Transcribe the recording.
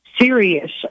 serious